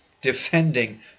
defending